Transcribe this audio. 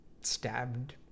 stabbed